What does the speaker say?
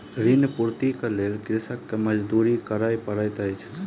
ऋण पूर्तीक लेल कृषक के मजदूरी करअ पड़ैत अछि